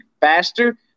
faster